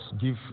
give